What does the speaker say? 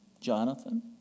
Jonathan